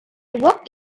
work